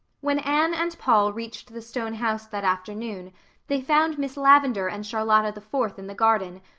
when anne and paul reached the stone house that afternoon they found miss lavendar and charlotta the fourth in the garden,